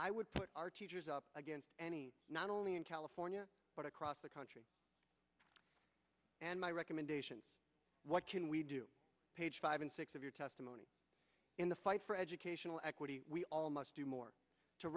i would put our teachers up against any not only in california but across the country and my recommendation what can we do page five and six of your testimony in the fight for educational equity we all must do more to